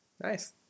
Nice